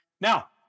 Now